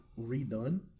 redone